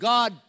God